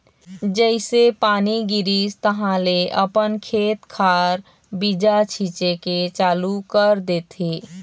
जइसे पानी गिरिस तहाँले अपन खेत खार बीजा छिचे के चालू कर देथे